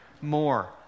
more